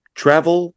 travel